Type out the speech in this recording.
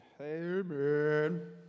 Amen